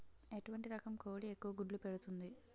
ఎటువంటి రకం కోడి ఎక్కువ గుడ్లు పెడుతోంది?